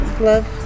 love